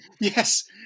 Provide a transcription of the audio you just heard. Yes